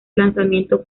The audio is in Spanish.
lanzamiento